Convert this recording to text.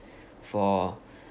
for